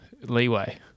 leeway